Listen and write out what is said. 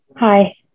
Hi